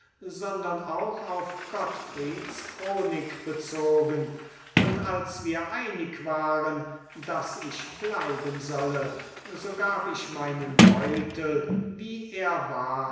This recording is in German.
sondern auch auf gottfrieds chronik bezogen und als wir einig waren daß ich bleiben solle so gab ich meinen beutel wie er war